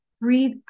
breathe